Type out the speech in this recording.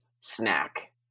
snack